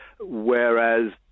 Whereas